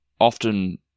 often